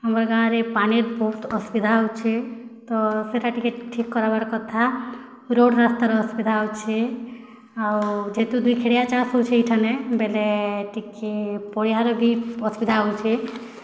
ଆମର୍ ଗାଁ'ରେ ପାଣିର୍ ବହୁତ୍ ଅସୁବିଧା ହେଉଛି ତ ସେଇଟା ଟିକେ ଠିକ୍ କରାବର୍ କଥା ରୋଡ଼୍ ରାସ୍ତାର ଅସୁବିଧା ହେଉଛି ଆଉ ଯେତେ ଦୁଇଖେଡ଼ିଆ ଚାଷ୍ ହେଉଛି ଏଇଠାନେ ବେଲେ ଟିକେ ପଡ଼ିହାର ବି ଅସୁବିଧା ହେଉଛି